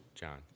John